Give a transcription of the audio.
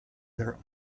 their